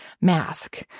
mask